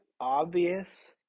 obvious